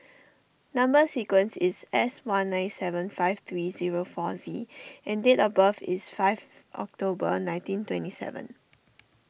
Number Sequence is S one nine seven five three zero four Z and date of birth is fifth October nineteen twenty seven